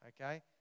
Okay